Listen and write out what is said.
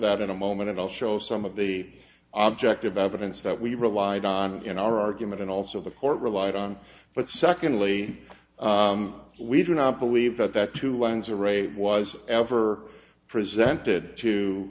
that in a moment and i'll show some of the object of evidence that we relied on in our argument and also the court relied on but secondly we do not believe that that two lines or a was ever presented to